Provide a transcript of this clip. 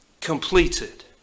completed